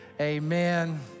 amen